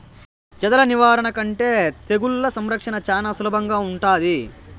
చెదల నివారణ కంటే తెగుళ్ల సంరక్షణ చానా సులభంగా ఉంటాది